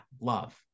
love